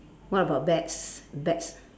what about bags bags